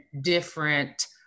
different